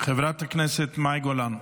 חברת הכנסת מאי גולן?